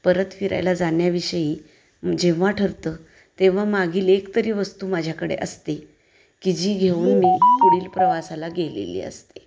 परत फिरायला जाण्याविषयी जेव्हा ठरतं तेव्हा मागील एकतरी वस्तू माझ्याकडे असते की जी घेऊन मी पुढील प्रवासाला गेलेली असते